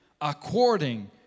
according